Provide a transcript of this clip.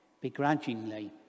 begrudgingly